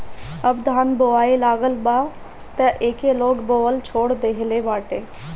अब धान बोआए लागल बा तअ एके लोग बोअल छोड़ देहले बाटे